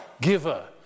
giver